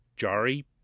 Jari